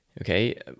okay